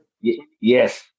Yes